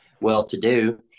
well-to-do